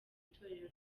torero